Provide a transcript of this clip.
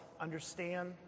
understand